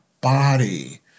body